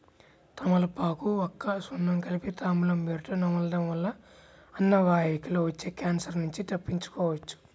తమలపాకు, వక్క, సున్నం కలిపి తాంబూలం పేరుతొ నమలడం వల్ల అన్నవాహికలో వచ్చే క్యాన్సర్ నుంచి తప్పించుకోవచ్చు